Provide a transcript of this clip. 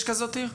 יש כזאת עיר?